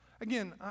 Again